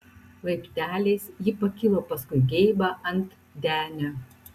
laipteliais ji pakilo paskui geibą ant denio